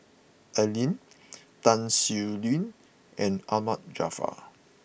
Al Lim Tan Sin Aun and Ahmad Jaafar